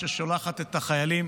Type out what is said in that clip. ששולחת את החיילים